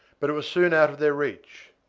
but it was soon out of their reach.